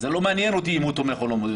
זה לא מעניין אותי אם הוא תומך או לא.